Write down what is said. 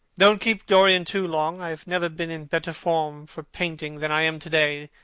don't keep dorian too long. i have never been in better form for painting than i am to-day.